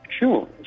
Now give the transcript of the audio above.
Sure